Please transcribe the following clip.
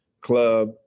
club